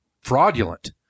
fraudulent